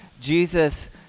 Jesus